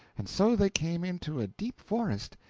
and so they came into a deep forest,